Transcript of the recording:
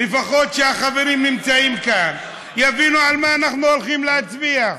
לפחות שהחברים הנמצאים כאן יבינו על מה אנחנו הולכים להצביע.